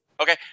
Okay